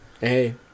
Hey